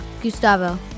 Gustavo